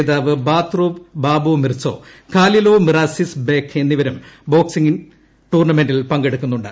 Asian ജേതാവ് Baturov ബാവോ Mirzakhalilov Mirazizbek എന്നിവരും ബോക്സിംഗ് ടൂർണമെന്റിൽ പങ്കെടുക്കുന്നുണ്ട്